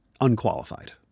unqualified